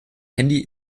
handy